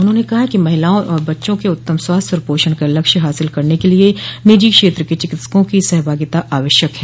उन्होंने कहा कि महिलाओं और बच्चों के उत्तम स्वास्थ्य और पोषण का लक्ष्य हासिल करने के लिए निजी क्षेत्र के चिकित्सकों की सहभागिता आवश्यक है